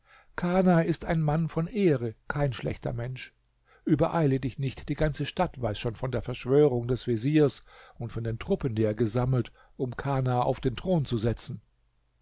kana ist ein mann von ehre kein schlechter mensch übereile dich nicht die ganze stadt weiß schon von der verschwörung des veziers und von den truppen die er gesammelt um kana auf den thron zu setzen